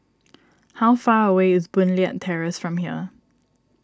how far away is Boon Leat Terrace from here